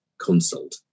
consult